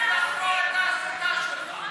לחקור ההסתה שלך.